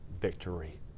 victory